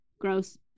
gross